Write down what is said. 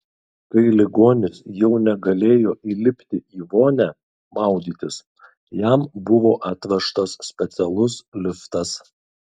kai ligonis jau negalėjo įlipti į vonią maudytis jam buvo atvežtas specialus liftas